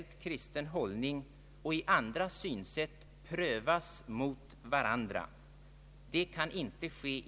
Dagens kris i abortfrågan består just i denna oklarhet.